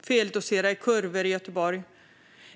feldoserade kurvor i Göteborg.